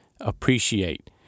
Appreciate